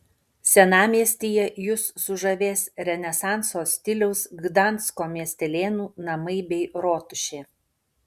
senamiestyje jus sužavės renesanso stiliaus gdansko miestelėnų namai bei rotušė